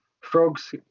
frogs